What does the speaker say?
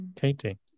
Katie